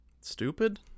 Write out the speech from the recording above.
stupid